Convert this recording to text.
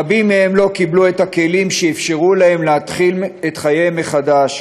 רבים מהם לא קיבלו את הכלים שאפשרו להם להתחיל את חייהם מחדש.